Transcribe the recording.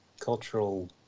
cultural